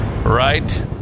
Right